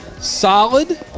Solid